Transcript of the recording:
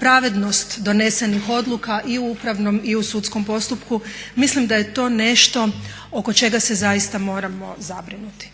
pravednost donesenih odluka i u upravnom i u sudskom postupku. Mislim da je to nešto oko čega se zaista moramo zabrinuti.